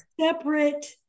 separate